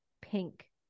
Pink